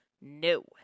No